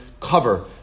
cover